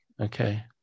Okay